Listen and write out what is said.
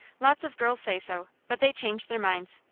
lots of girls say so, but they change their minds.